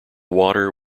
water